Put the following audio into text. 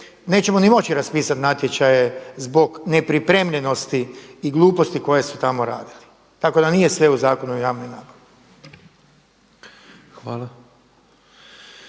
nećemo ni moći raspisati natječaje zbog nepripremljenosti i gluposti koje su tamo radili. Tako da nije sve u Zakonu o javnoj nabavi.